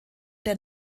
der